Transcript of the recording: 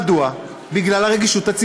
יש לך שלוש דקות.